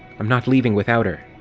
i'm not leaving without her!